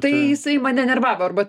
tai jisai mane nervavo arba